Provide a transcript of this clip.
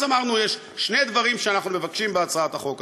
יש שני דברים שאנחנו מבקשים בהצעת החוק הזאת,